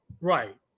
Right